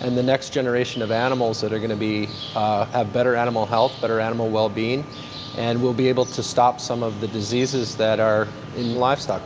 and the next generation of animals that are going to have ah better animal health, but better animal wellbeing and we'll be able to stop some of the diseases that are in livestock.